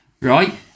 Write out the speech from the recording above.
right